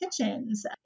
kitchens